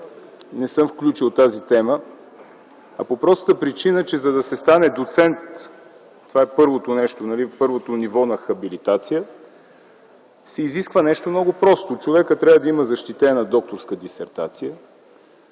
не съм включил тази тема, а по простата причина, че за да се стане доцент – първото ниво на хабилитация, се изисква нещо много просто. Човек трябва да има защитена докторска дисертация,